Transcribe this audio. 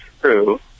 true